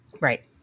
right